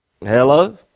Hello